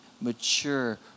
mature